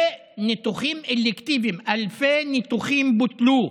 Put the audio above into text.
וניתוחים אלקטיביים, אלפי ניתוחים בוטלו.